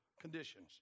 Conditions